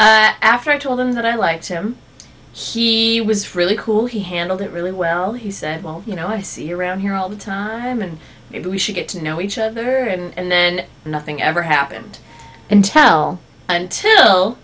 right after i told him that i liked him he was really cool he handled it really well he said well you know i see around here all the time and it we should get to know each other and then nothing ever happened in tell until